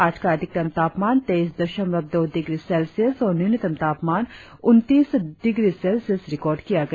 आज का अधिकतम तापमान तेईस दशमलव दो डिग्री सेल्सियस और न्यूनतम तापमान उन्नीस डिग्री सेल्सियस रिकार्ड किया गया